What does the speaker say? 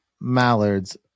mallards